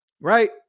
right